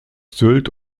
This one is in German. sylt